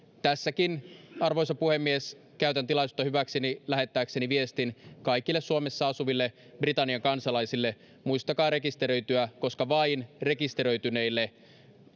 tässäkin arvoisa puhemies käytän tilaisuutta hyväkseni lähettääkseni viestin kaikille suomessa asuville britannian kansalaisille muistakaa rekisteröityä koska vain rekisteröityneille